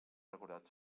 recordat